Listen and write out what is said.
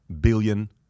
billion